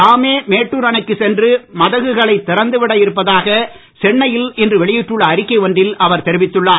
தாமே மேட்டூர் அணைக்கு சென்று மதகுகளை திறந்து விட இருப்பதாக சென்னையில் இன்று வெளியிட்டுள்ள அறிக்கை ஒன்றில் அவர் தெரிவித்துள்ளார்